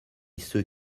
ceux